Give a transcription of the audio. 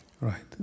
Right